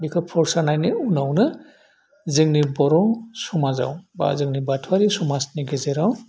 बेखौ प्रसानायनि उनावनो जोंनि बर' समाजाव बा जोंनि बाथौवारि समाजनि गेजेराव